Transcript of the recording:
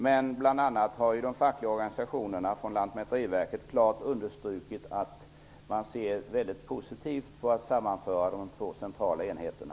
Men bl.a. har de fackliga organisationerna från Lantmäteriverket klart understrukit att man ser väldigt positivt på sammanförandet av de två centrala enheterna.